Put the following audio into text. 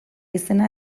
izena